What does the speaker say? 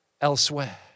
elsewhere